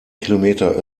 kilometer